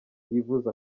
yivuze